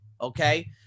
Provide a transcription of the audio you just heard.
okay